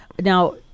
Now